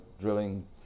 drilling